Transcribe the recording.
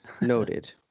Noted